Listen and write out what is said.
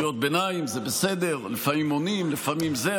קריאות ביניים זה בסדר, לפעמים עונים, לפעמים זה.